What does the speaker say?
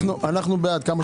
אנחנו בעד, כמה שיותר מהר.